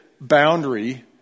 boundary